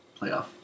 playoff